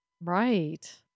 Right